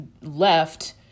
left